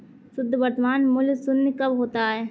शुद्ध वर्तमान मूल्य शून्य कब होता है?